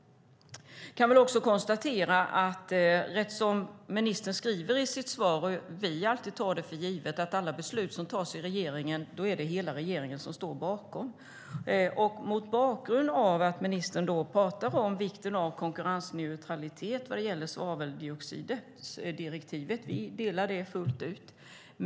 Jag kan också mot bakgrund av vad ministern säger i sitt svar konstatera att vi alltid tar för givet att hela regeringen står bakom alla beslut som tas i regeringen. Ministern pratar om vikten av konkurrensneutralitet vad gäller svaveldioxiddirektivet, och det instämmer vi i fullt ut.